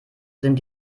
sind